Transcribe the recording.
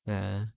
ya